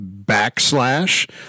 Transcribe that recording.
backslash